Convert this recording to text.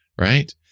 right